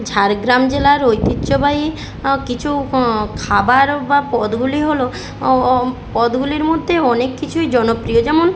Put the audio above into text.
ঝাড়গ্রাম জেলার ঐতিহ্যবাহী কিছু খাবার বা পদগুলি হলো ও ও পদগুলির মধ্যে অনেক কিছুই জনপ্রিয় যেমন